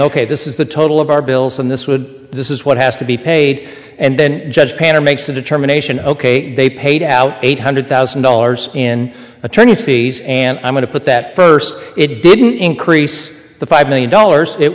ok this is the total of our bills and this would this is what has to be paid and then judge panel makes a determination ok they paid out eight hundred thousand dollars in attorney's fees and i'm going to put that first it didn't increase the five million dollars it